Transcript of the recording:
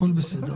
הכול בסדר.